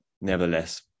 nevertheless